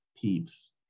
Peeps